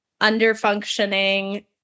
under-functioning